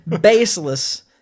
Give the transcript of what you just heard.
Baseless